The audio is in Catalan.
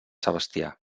sebastià